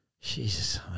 Jesus